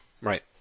Right